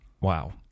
Wow